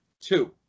Two